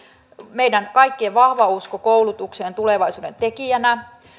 meidän kaikkien vahva usko koulutukseen tulevaisuuden tekijänä